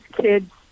kids